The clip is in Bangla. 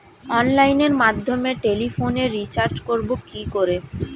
অনলাইনের মাধ্যমে টেলিফোনে রিচার্জ করব কি করে?